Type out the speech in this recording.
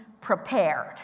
prepared